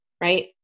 right